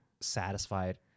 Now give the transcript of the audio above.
satisfied